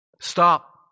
Stop